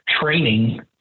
training